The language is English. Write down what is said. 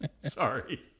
Sorry